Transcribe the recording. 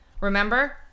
Remember